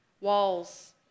walls